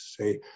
say